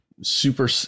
super